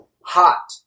Hot